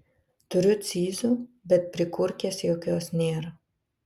turiu cyzų bet prikurkės jokios nėr